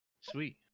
Sweet